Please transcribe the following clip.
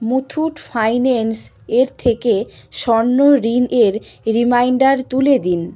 Muthoot finance এর থেকে স্বর্ণ ঋণ এর রিমাইন্ডার তুলে দিন